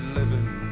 living